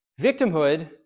Victimhood